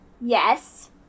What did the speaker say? Yes